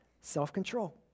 self-control